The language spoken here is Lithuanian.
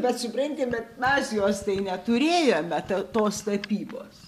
bet supranti bet mes jos tai neturėjome ta tos tapybos